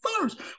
first